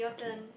okay